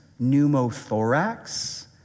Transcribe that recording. pneumothorax